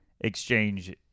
exchange